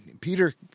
Peter